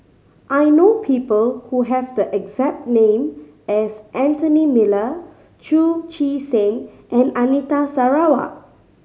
I know people who have the exact name as Anthony Miller Chu Chee Seng and Anita Sarawak